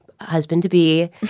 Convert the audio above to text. husband-to-be